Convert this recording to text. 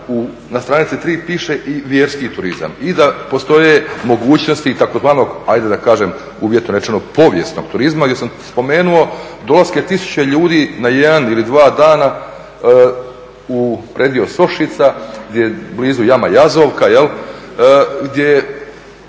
na stranici 3. piše i vjerski turizam i da postoje mogućnosti i tzv. hajde da kažem uvjetno rečeno povijesnog turizma gdje sam spomenuo dolaske tisuće ljudi na jedan ili dva dana u predio Sošica blizu jama Jazovka, gdje